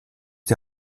die